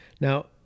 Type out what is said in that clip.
Now